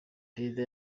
perezida